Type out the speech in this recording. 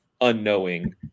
unknowing